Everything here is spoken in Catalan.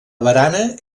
barana